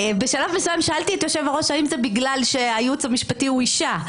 בשלב מסוים שאלתי את היושב-ראש האם זה בגלל שהייעוץ המשפטי הוא אישה,